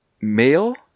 male